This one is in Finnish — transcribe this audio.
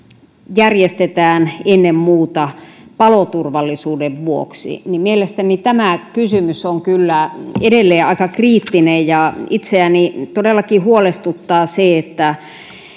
järjestetään ennen muuta paloturvallisuuden vuoksi mielestäni tämä kysymys on kyllä edelleen aika kriittinen itseäni todellakin huolestuttaa se että